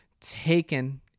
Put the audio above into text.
taken